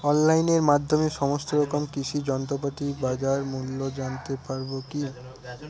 অনলাইনের মাধ্যমে সমস্ত রকম কৃষি যন্ত্রপাতির বাজার মূল্য জানতে পারবো কি?